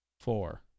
four